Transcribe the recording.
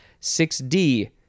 6D